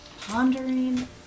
pondering